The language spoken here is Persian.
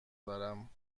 دارم